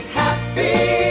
happy